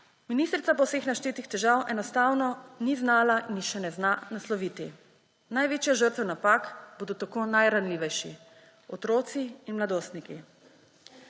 Ministrica pa vseh naštetih težav enostavno ni znala in jih še ne zna nasloviti. Največje žrtve napak bodo tako najranljivejši – otroci in mladostniki.